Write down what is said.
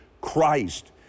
Christ